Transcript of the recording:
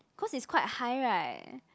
cause it's quite high right